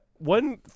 One